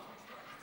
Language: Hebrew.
בבקשה.